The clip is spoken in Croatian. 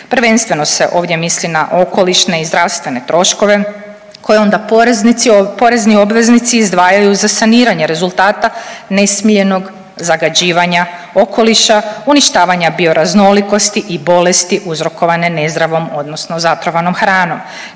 Prvenstveno se ovdje misli na okolišne i zdravstvene troškove koje onda porezni obveznici izdvajaju za saniranje rezultata nesmiljenog zagađivanja okoliša, uništavanja bioraznolikosti i bolesti uzrokovane nezdravom odnosno zatrovanom hranom.